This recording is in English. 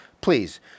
please